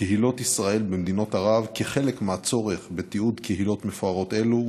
קהילות ישראל במדינות ערב כחלק מהצורך בתיעוד קהילות מפוארות אלו,